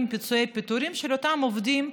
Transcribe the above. עם פיצויי הפיטורין של אותם עובדים,